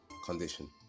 condition